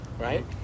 right